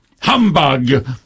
Humbug